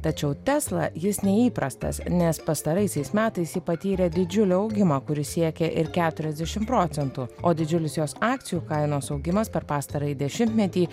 tačiau tesla jis neįprastas nes pastaraisiais metais ji patyrė didžiulį augimą kuris siekė ir keturiasdešim procentų o didžiulis jos akcijų kainos augimas per pastarąjį dešimtmetį